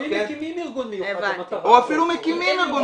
או אפילו מקימים ארגון.